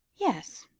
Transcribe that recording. yes,